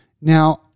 Now